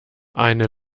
eine